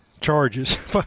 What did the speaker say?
charges